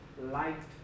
liked